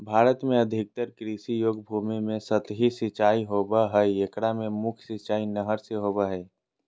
भारत में अधिकतर कृषि योग्य भूमि में सतही सिंचाई होवअ हई एकरा मे मुख्य सिंचाई नहर से होबो हई